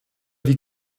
wie